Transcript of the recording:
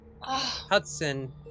Hudson